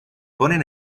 ponen